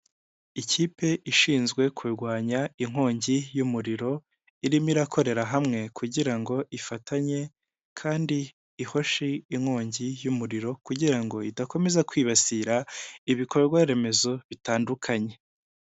Ikipe ishinzwe kurwanya inkongi y'umuriro, irimo irakorera hamwe kugira ngo ifatanye kandi ihoshe inkongi y'umuriro kugira ngo idakomeza kwibasira ibikorwa remezo bitandukanye.